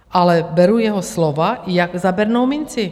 Ale beru jeho slova jak za bernou minci.